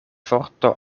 vorto